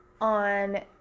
on